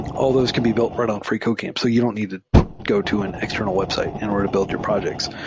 al l those can be built right on freecodecamp so you don't need to go to an external website in order to build your projects.